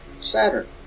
Saturn